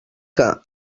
que